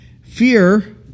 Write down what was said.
Fear